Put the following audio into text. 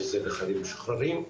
שזה לחיילים משוחררים,